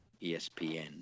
ESPN